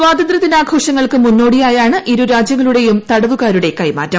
സ്വാതന്ത്രൃദിന ആഘോഷങ്ങൾക്ക് മുന്നോടിയായാണ് ഇരുരാജ്യങ്ങളുടെയും തടവുകാരുടെ കൈമാറ്റം